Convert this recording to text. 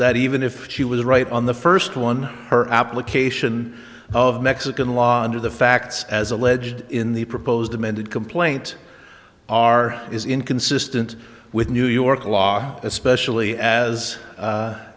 that even if she was right on the first one her application of mexican law under the facts as alleged in the proposed amended complaint are is inconsistent with new york law especially as